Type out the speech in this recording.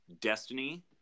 Destiny